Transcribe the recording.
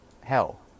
Hell